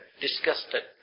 disgusted